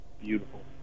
Beautiful